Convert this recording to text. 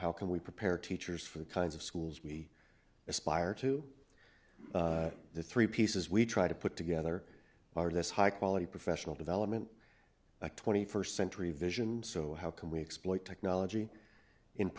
how can we prepare teachers for the kinds of schools we aspire to the three pieces we try to put together are this high quality professional development a twenty first century vision so how can we exploited knology in